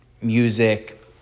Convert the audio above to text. music